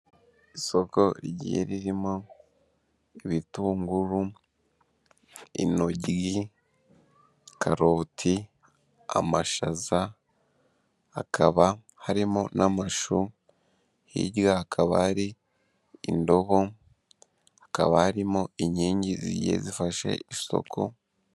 iIoko rigiye ririmo ibitunguru, intoryi, karoti, amashaza, hakaba harimo n'amashu, hi'rya hakaba hari indobo, hakaba harimo inkingi zigiye zifashe isoko.